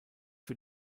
für